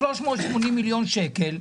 380 מיליון שקל,